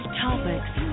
topics